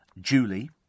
Julie